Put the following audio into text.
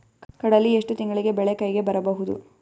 ಕಡಲಿ ಎಷ್ಟು ತಿಂಗಳಿಗೆ ಬೆಳೆ ಕೈಗೆ ಬರಬಹುದು?